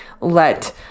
let